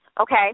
okay